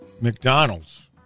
McDonald's